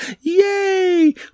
Yay